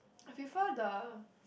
I prefer the